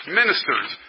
ministers